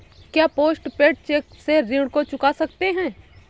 क्या post paid cheque से ऋण को चुका सकते हैं?